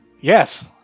Yes